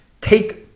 Take